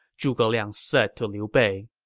zhuge liang said to liu bei